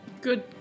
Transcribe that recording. Good